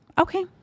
okay